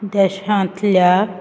देशांतल्या